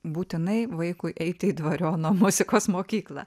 būtinai vaikui eiti į dvariono muzikos mokyklą